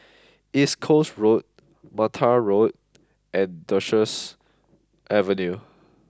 East Coast Road Mattar Road and Duchess Avenue